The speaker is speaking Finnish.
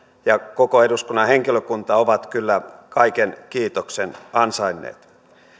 ja koko eduskunnan henkilökunta ovat kyllä kaiken kiitoksen ansainneet